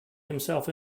himself